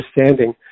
understanding